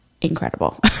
incredible